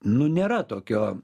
nu nėra tokio